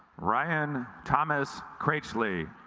ryan thomas crates lea